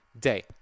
day